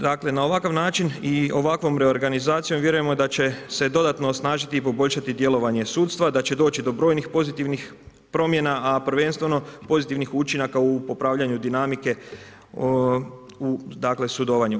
Dakle, na ovakav način i ovakvom reorganizacijom vjerujemo da će se dodatno osnažiti i poboljšati djelovanje sudstva, da će doći do brojnih pozitivnih promjena, a prvenstveno pozitivnih učinaka u popravljanju dinamike u sudovanju.